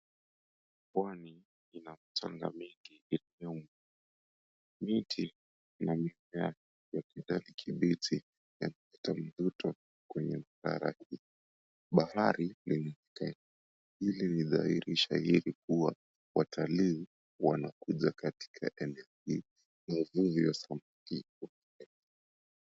Pwani ina mchanga mingi iliyo mweupe. Miti na mimea ya kijani kibichi yanaleta mvuto kwenye bahari. Bahari lina hoteli, hii ni dhahiri shahiri kua watalii wanakuja katika eneo hili uvuvi wa samaki unaendelea.